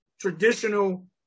traditional